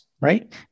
right